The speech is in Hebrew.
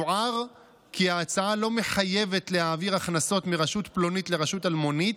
יוער כי ההצעה לא מחייבת להעביר הכנסות מרשות פלונית לרשות אלמונית,